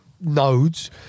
nodes